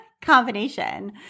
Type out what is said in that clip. combination